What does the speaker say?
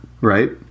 right